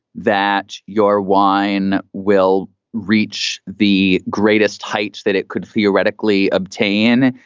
that your wine will reach the greatest heights that it could theoretically obtain.